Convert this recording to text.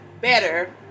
better